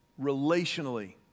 Relationally